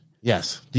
Yes